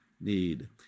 need